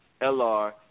LR